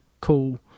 cool